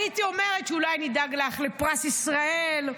הייתי אומרת שאולי נדאג לך לפרס ישראל,